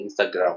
Instagram